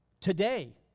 Today